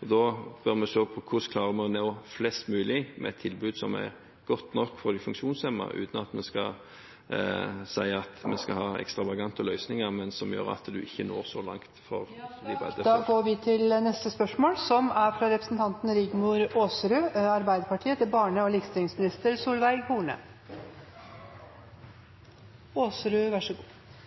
Da bør vi se på hvordan vi klarer å nå flest mulig, med et tilbud som er godt nok for de funksjonshemmede, uten at vi skal si at vi skal ha ekstravagante løsninger som gjør at en ikke når så langt ... Jeg tillater meg å stille følgende spørsmål: «I sivilsamfunnets alternative rapport til FN-komiteen om mennesker med funksjonsnedsettelser sies det at det er dårlig koordinering og